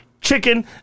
chicken